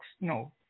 No